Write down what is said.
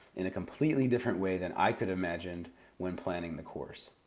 in a completely different way than i could've imagined when planning the course.